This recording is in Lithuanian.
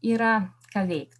yra ką veikt